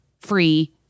free